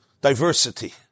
diversity